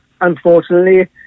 unfortunately